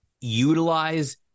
utilize